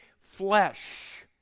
flesh